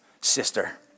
sister